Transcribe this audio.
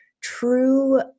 true